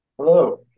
Hello